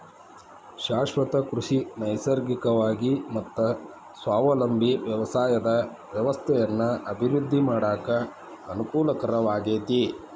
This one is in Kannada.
ಶಾಶ್ವತ ಕೃಷಿ ನೈಸರ್ಗಿಕವಾಗಿ ಮತ್ತ ಸ್ವಾವಲಂಬಿ ವ್ಯವಸಾಯದ ವ್ಯವಸ್ಥೆನ ಅಭಿವೃದ್ಧಿ ಮಾಡಾಕ ಅನಕೂಲಕರವಾಗೇತಿ